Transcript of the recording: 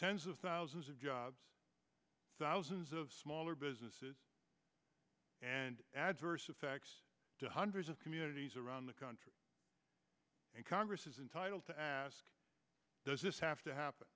tens of thousands of jobs thousands of smaller businesses and adverse affects to hundreds of communities around the country and congress is entitled to ask does this have to happen